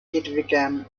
became